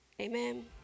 amen